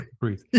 Breathe